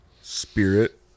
spirit